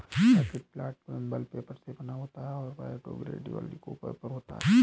packet plantable paper से बना होता है और बायोडिग्रेडेबल इको पेपर होता है